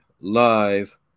Live